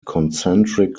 concentric